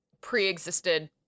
pre-existed